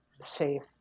safe